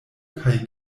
kaj